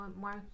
more